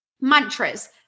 mantras